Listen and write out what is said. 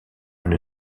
une